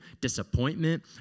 disappointment